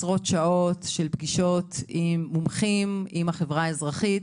עשרות שעות של פגישות עם מומחים והחברה האזרחית,